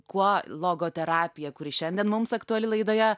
kuo logoterapija kuri šiandien mums aktuali laidoje